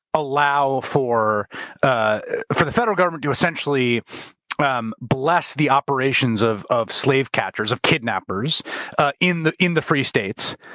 allow for ah for the federal government to essentially um bless the operations of of slave catchers, of kidnappers in the in the free states.